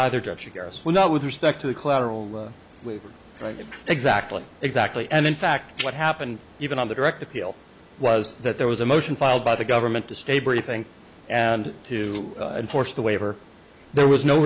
either direction with respect to the collateral right exactly exactly and in fact what happened even on the direct appeal was that there was a motion filed by the government to stay briefing and to enforce the waiver there was no